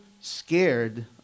scared